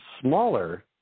smaller